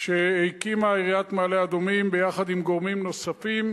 שהקימה עיריית מעלה-אדומים ביחד עם גורמים נוספים.